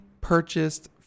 purchased